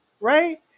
right